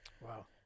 Wow